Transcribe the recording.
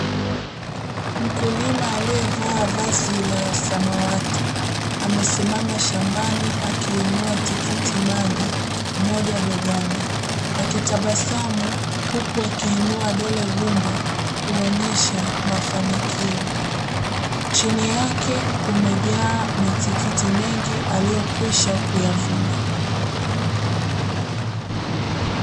Mkulima aliyevaa vazi la samawati, amesimama shambani akiinua tikiti maji moja begani, akitabasamu huku akiinua dole gumba kuonyesha mafanikio. Chini yake kumejaa matikiti mengi aliyokwisha kuyavuna.